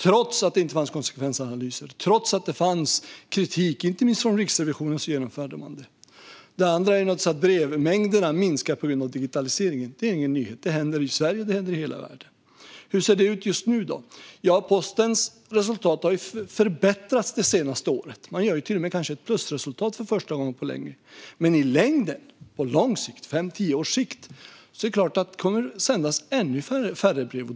Trots att det inte fanns konsekvensanalyser och trots att det fanns kritik, inte minst från Riksrevisionen, genomförde man detta. Det andra är naturligtvis att brevmängderna minskar på grund av digitaliseringen. Det är ingen nyhet - det händer i Sverige och i hela världen. Hur ser det ut just nu då? Postens resultat har förbättrats det senaste året. Man gör kanske till och med ett plusresultat för första gången på länge. Men i längden, på fem tio års sikt, är det klart att det kommer att sändas ännu färre brev.